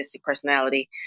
personality